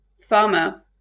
farmer